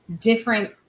different